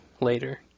Later